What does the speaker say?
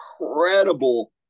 incredible